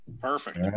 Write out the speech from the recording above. Perfect